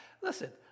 listen